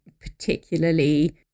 particularly